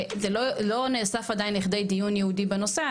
ולא נאסף עדיין לכדי דיון ייעודי בנושא,